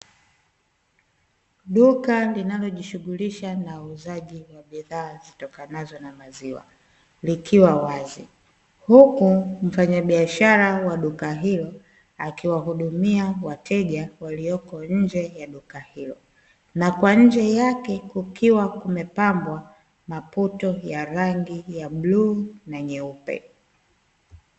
Duka linalojishughulisha na uuzaji wa bidhaa zitokanazo na maziwa likiwa wazi, huku mfanyabiashara wa duka hilo akiwahudumia wateja walioko nje ya duka hilo. Na kwa nje yake kukiwa kumepambwa maputo ya rangi ya bluu na nyeupe.